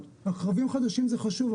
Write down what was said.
רכבים חדשים זה חשוב,